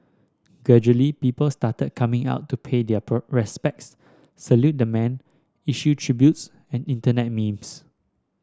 gradually people started coming out to pay their respects salute the man issue tributes and Internet memes